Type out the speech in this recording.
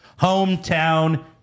Hometown